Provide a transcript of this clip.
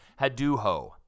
haduho